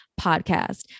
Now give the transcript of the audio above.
podcast